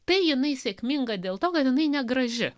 tai jinai sėkminga dėl to kad jinai negraži